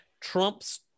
Trump's